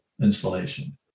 installation